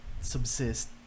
subsist